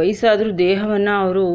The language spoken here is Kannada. ವಯ್ಸಾದ್ರೂ ದೇಹವನ್ನು ಅವರು